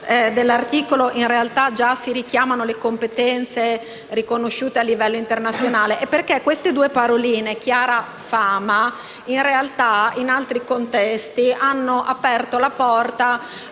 dell’articolo già si richiamano le competenze riconosciute a livello internazionale; inoltre, queste due paroline «chiara fama» in altri contesti hanno aperto la porta